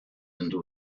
into